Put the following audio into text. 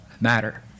matter